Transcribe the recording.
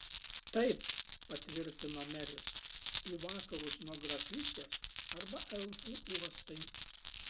taip patvirtino meris į vakarus nuo grafystės arba elfų uostai